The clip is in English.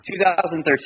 2013